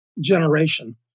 generation